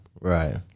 right